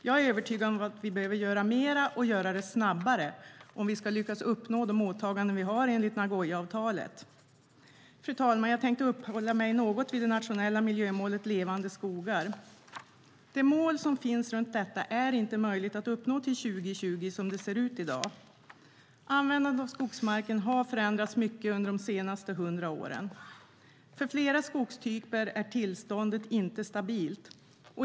Jag är övertygad om att vi behöver göra mer och göra det snabbare om vi ska lyckas uppnå de åtaganden vi har enligt Nagoyaavtalet. Fru talman! Jag tänkte uppehålla mig något vid det nationella miljömålet Levande skogar. Det mål som finns om detta är inte möjligt att uppnå till 2020 som det ser ut i dag. Användandet av skogsmarken har förändrats mycket under de senaste hundra åren. För flera skogstyper är tillståndet inte stabilt.